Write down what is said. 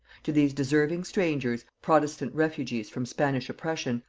to these deserving strangers, protestant refugees from spanish oppression,